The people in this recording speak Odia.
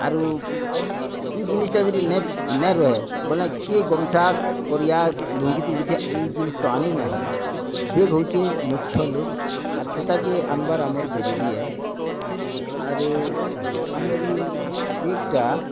ଆରୁ ଇ ଜିନିଷ୍ଟା ଯଦି ନା ରୁହେ ବୋଲେ କିଏ ଗମୁଛା କରିଆ ଲୁଙ୍ଘୀଥି ଇଟା ଇ ଜିନିଷ୍ ତ ଆନିନାଇଁ ହଏ ବେଗ୍ ହଉଛେ ମୁଖ୍ୟ ଲୋକ୍ ଆର୍ ସେଟାକେ ଆନ୍ବାର୍ ଆମର୍ ଜରୁରୀ ଏ ଆରୁ ଆମରି ବେଗ୍ଟା